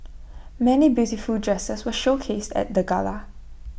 many beautiful dresses were showcased at the gala